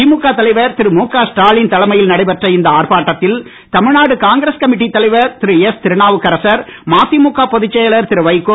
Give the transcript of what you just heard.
திமுக தலைவர் திரு முக ஸ்டாலின் தலைமையில் நடைபெற்ற இந்த ஆர்ப்பாட்டத்தில் தமிழ்நாடு காங்கிரஸ் கமிட்டித் தலைவர் திரு எஸ் திருநாவுக்கரசர் மதிமுக பொதுச் செயலர் திரு வை கோ